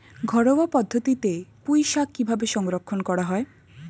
ঘরোয়া পদ্ধতিতে পুই শাক কিভাবে সংরক্ষণ করা হয়?